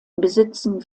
besitzen